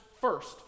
first